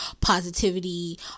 positivity